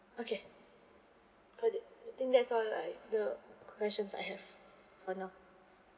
okay got it I think that's all I the questions I have for now